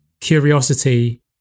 curiosity